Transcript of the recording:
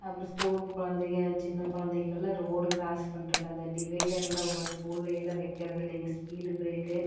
அப்புறம் ஸ்கூல் குழந்தைக சின்ன குழந்தைங்கள்லாம் ரோடு கிராஸ் பண்றதுக்கு அந்த டிவைடர்லாம் ஒரொரு ஸ்கூல்லயெல்லாம் வைக்கிறதில்லிங்க ஸ்பீட் பிரேக்கு